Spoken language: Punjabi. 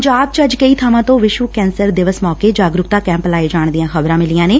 ਪੰਜਾਬ ਚ ਅੱਜ ਕਈ ਥਾਵਾਂ ਤੋਂ ਵਿਸ਼ਵ ਕੈਂਸਰ ਦਿਵਸ ਮੌਕੇ ਜਾਗਰੂਕਤਾ ਕੈਂਪ ਲਾਏ ਜਾਣ ਦੀਆਂ ਖ਼ਬਰਾਂ ਮਿਲੀਆਂ ਨੇ